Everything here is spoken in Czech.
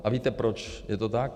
A víte, proč je to tak?